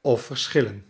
of verschillen